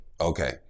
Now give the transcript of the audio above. okay